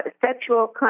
Sexual